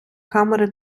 камери